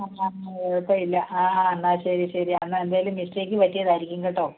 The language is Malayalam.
എന്നാൽ ഇനി കുഴപ്പമില്ല ആ എന്നാൽ ശരി ശരി എന്നാൽ എന്തെങ്കിലും മിസ്റ്റേക്ക് പറ്റിയതായിരിക്കും കേട്ടോ